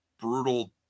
brutal